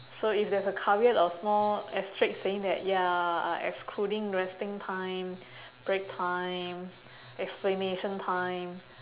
so if there is a caveat or small asterisk saying that ya uh excluding resting time break time explanation time